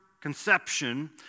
conception